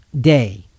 day